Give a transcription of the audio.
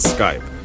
Skype